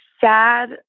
sad